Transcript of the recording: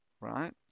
right